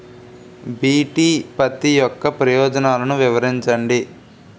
BT పత్తి యొక్క ప్రయోజనాలను వివరించండి?